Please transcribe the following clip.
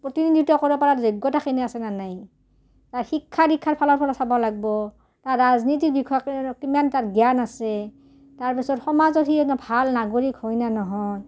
প্ৰতিনিধিত্ব কৰিব পৰাৰ যোগ্যতাখিনি আছে নে নাই তাৰ শিক্ষা দীক্ষাৰ ফালৰ ফালত চাব লাগব' তাৰ ৰাজনীতিক দিশ কিমান তাত জ্ঞান আছে তাৰপিছত সমাজত সি ভাল নাগৰিক হয় নে নহয়